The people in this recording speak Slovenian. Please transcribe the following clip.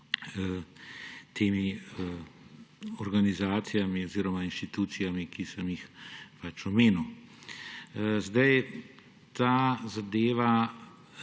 vsemi organizacijami oziroma inštitucijami, ki sem jih omenil. Ta zadeva,